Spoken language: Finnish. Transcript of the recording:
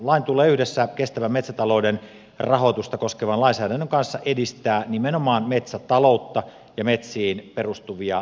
lain tulee yhdessä kestävän metsätalouden rahoitusta koskevan lainsäädännön kanssa edistää nimenomaan metsätaloutta ja metsiin perustuvia elinkeinoja